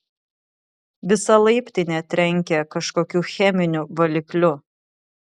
visa laiptinė trenkė kažkokiu cheminiu valikliu